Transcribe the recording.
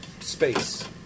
space